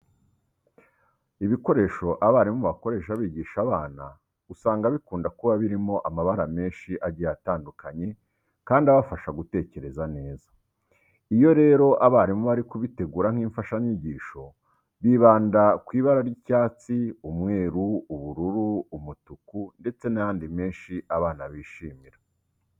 Ibikoresho abarimu bakoresha bigisha abana usanga bikunda kuba birimo amabara menshi agiye atandukanye, kandi abafasha gutekereza neza. Iyo rero abarimu bari kubitegura nk'imfashanyigisho bibanda ku ibara ry'icyatsi, umweru, ubururu, umutuku ndetse n'ayandi menshi abana bishimira.